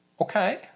Okay